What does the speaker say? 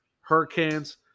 Hurricanes